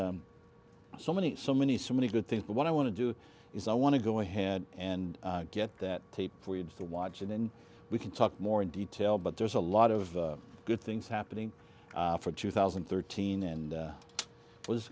but so many so many so many good things but what i want to do is i want to go ahead and get that tape for you to watch and then we can talk more in detail but there's a lot of good things happening for two thousand and thirteen and it was